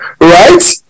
Right